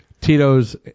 Tito's